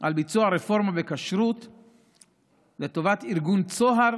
על ביצוע הרפורמה בכשרות לטובת ארגון צהר,